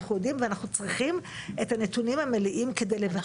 אנחנו יודעים ואנחנו צריכים את הנתונים המלאים כדי לבצע